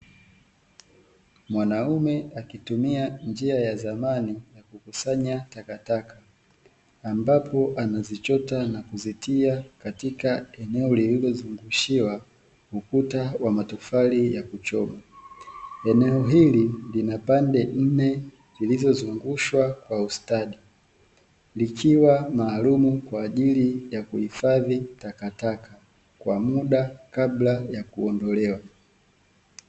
Mwanaume akitumia njia ya zamani akikusanya takataka, ambapo anazichota na kuzitia katika eneo lililozungushiwa ukuta wa matofali ya kuchoma, eneo hili lina pande nne zilizozungushwa kwa ustadi, likiwa maalumu kwa ajili ya kuhifadhi takataka kwa muda kabla ya kuondolewa.